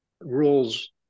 rules